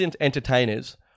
entertainers